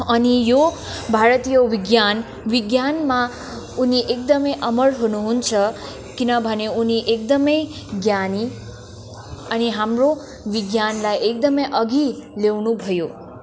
अनि यो भारतीय विज्ञान विज्ञानमा उनी एकदमै अमर हुनुहुन्छ किनभने उनी एकदमै ज्ञानी अनि हाम्रो विज्ञानलाई एकदमै अघि ल्याउनु भयो